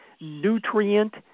Nutrient